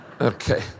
Okay